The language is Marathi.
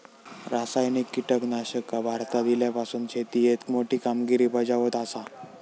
रासायनिक कीटकनाशका भारतात इल्यापासून शेतीएत मोठी कामगिरी बजावत आसा